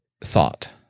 thought